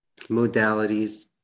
modalities